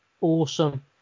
Awesome